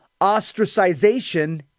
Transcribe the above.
ostracization